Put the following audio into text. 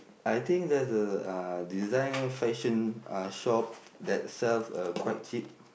I think there's a uh designer fashion uh shop that sells uh quite cheap